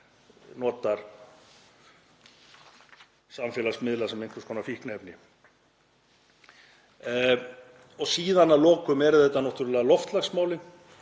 nota samfélagsmiðla sem einhvers konar fíkniefni. Að lokum eru það náttúrlega loftslagsmálin,